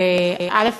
אז, א.